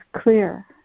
clear